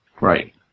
Right